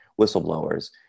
whistleblowers